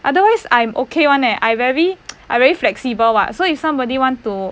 otherwise I'm okay [one] leh I very I very flexible [what] so if somebody want to